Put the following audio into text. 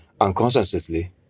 unconsciously